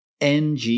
NG